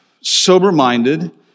sober-minded